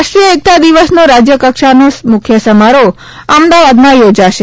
રાષ્ટ્રીય એકતા દિવસનો રાજયકક્ષાનો મુખ્ય સમારોહ અમદાવાદમાં યોજાશે